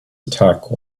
attack